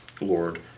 Lord